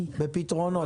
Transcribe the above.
בפתרונות.